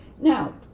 Now